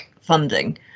funding